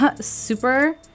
Super